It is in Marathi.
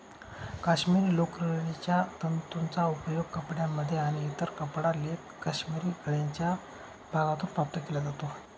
काश्मिरी लोकरीच्या तंतूंचा उपयोग कपड्यांमध्ये आणि इतर कपडा लेख काश्मिरी गळ्याच्या भागातून प्राप्त केला जातो